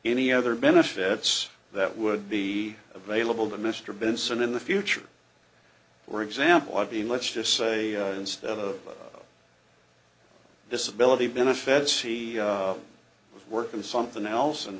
any other benefits that would be available to mr benson in the future we're example of being let's just say instead of disability benefits he was workin something else and